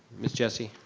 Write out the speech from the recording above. miss jessie.